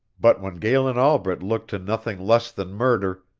but while galen albret looked to nothing less than murder,